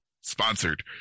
Sponsored